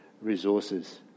resources